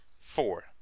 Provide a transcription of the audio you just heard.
Four